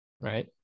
right